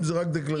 אם זה רק דקלרטיבי.